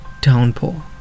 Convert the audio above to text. downpour